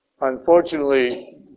Unfortunately